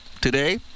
today